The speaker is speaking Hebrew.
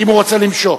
אם הוא רוצה למשוך.